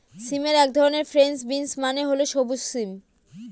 সিমের এক ধরন ফ্রেঞ্চ বিনস মানে হল সবুজ সিম